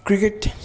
cricket